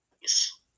Yes